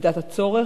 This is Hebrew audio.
במידת הצורך,